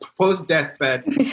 post-deathbed